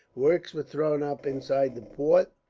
works were thrown up inside the fort,